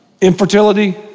infertility